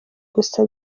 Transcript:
gusa